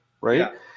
right